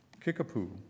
Kickapoo